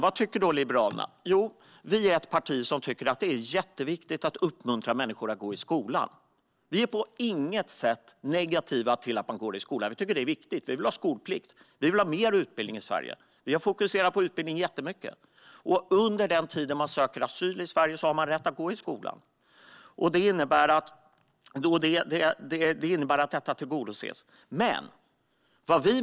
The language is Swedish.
Vad tycker då Liberalerna? Vi är ett parti som tycker att det är jätteviktigt att uppmuntra människor att gå i skolan. Vi är på inget sätt negativa till att man går i skolan - vi tycker att det är viktigt. Vi vill ha skolplikt. Vi vill ha mer utbildning i Sverige - vi har fokuserat jättemycket på utbildning. Under den tid man söker asyl i Sverige har man rätt att gå i skolan, vilket innebär att detta tillgodoses.